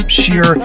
sheer